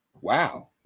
Wow